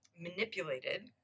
manipulated